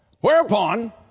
Whereupon